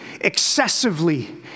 excessively